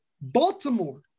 Baltimore